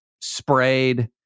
sprayed